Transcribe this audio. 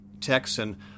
Texan